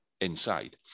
inside